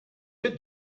bit